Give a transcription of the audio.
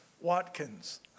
Watkins